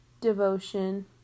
devotion